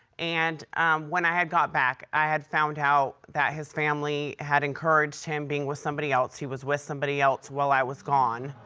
and when i had got back, i had found out that his family had encouraged him being with somebody else. he was with somebody else while i was gone.